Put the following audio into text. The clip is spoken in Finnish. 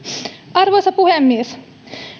arvoisa puhemies